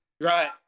Right